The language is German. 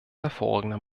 hervorragender